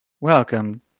Welcome